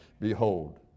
Behold